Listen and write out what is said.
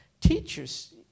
teachers